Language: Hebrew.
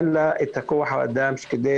אין לה את כוח האדם כדי